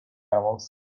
animals